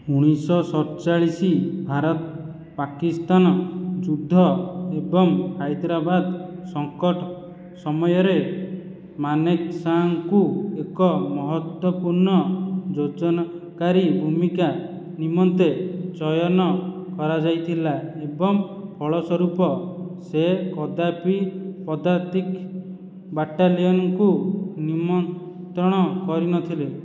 ଉଣେଇଶିଶହ ସତଚାଳିଶି ଭାରତ ପାକିସ୍ତାନ ଯୁଦ୍ଧ ଏବଂ ହାଇଦ୍ରାବାଦ ସଙ୍କଟ ସମୟରେ ମାନେକ୍ଶାଙ୍କୁ ଏକ ମହତ୍ତ୍ୱପୂର୍ଣ୍ଣ ଯୋଜନାକାରୀ ଭୂମିକା ନିମନ୍ତେ ଚୟନ କରାଯାଇଥିଲା ଏବଂ ଫଳସ୍ୱରୂପ ସେ କଦାପି ପଦାଧିକ ବାଟାଲିୟନକୁ ନିୟନ୍ତ୍ରଣ କରିନଥିଲେ